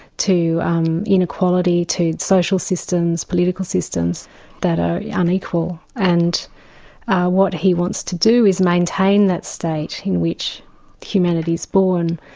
to um inequality, to social systems, political systems that are unequal. and what he wants to do is maintain that state in which humanity is born,